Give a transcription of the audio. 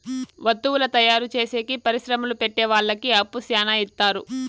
వత్తువుల తయారు చేసేకి పరిశ్రమలు పెట్టె వాళ్ళకి అప్పు శ్యానా ఇత్తారు